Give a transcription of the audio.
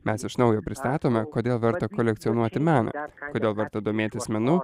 mes iš naujo pristatome kodėl verta kolekcionuoti meną kodėl verta domėtis menu